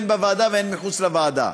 הן בוועדה והן מחוץ לוועדה.